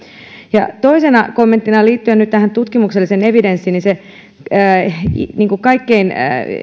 ja toisena kommenttina liittyen nyt tähän tutkimukselliseen evidenssiin se kaikkein